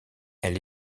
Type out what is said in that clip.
elle